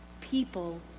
people